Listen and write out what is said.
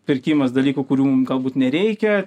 pirkimas dalykų kurių galbūt nereikia